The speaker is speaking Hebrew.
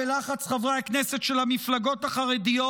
בלחץ חברי הכנסת של המפלגות החרדיות,